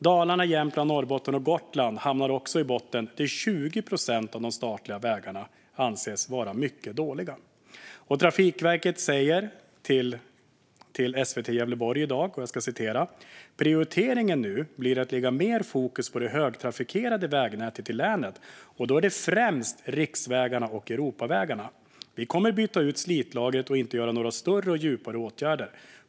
Dalarna, Jämtland, Norrbotten och Gotland hamnar också i botten, då 20 procent av de statliga vägarna anses vara mycket dåliga där. Trafikverket säger till SVT Gävleborg i dag: "Prioriteringen nu blir att lägga mer fokus på det högtrafikerade vägnätet i länet och då är det främst riksvägarna och Europavägarna. Vi kommer byta ut slitlagret och inte göra några större och djupare åtgärder.